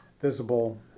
visible